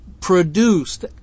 produced